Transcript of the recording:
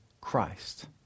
Christ